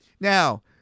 Now